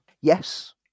Yes